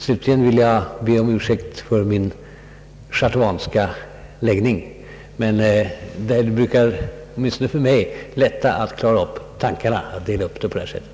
Slutligen vill jag be om ursäkt för min »schartauanska läggning». Men det brukar — åtminstone för mig — hjälpa till att klara tankarna att lägga upp en sak på det sättet.